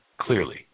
clearly